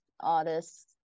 artists